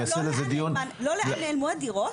אנחנו משתדלים לא פוליטיקה,